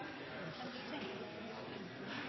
Hansen.